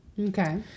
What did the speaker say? Okay